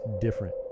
different